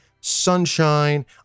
Sunshine